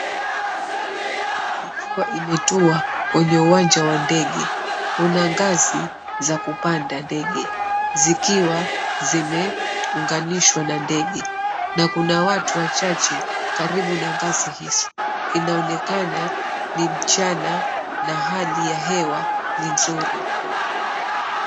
Ikiwa imetua kwenye uwanja wa ndege. Kuna ngazi za kupanda ndege zikiwa zimeunganishwa na ndege, na kuna watu wachache karibu na kasi hizo. Inaonekana ni mchana na hali ya hewa ni nzuri.